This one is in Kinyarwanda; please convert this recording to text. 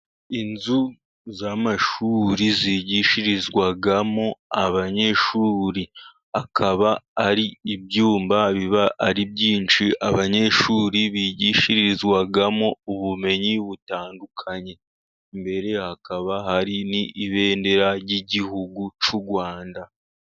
Inzu z'amashuri zigishirizwamo abanyeshuri akaba, ari ibyumba biba ari byinshi abanyeshuri bigishirizwamo ubumenyi butandukanye, imbere hakaba hari n'ibendera ry'igihugu cy'u Rwanda.